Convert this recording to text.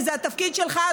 וזה התפקיד שלך,